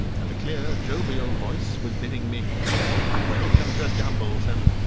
and a clear jovial voice was bidding me welcome to dumbleton.